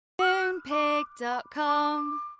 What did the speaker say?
Moonpig.com